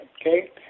okay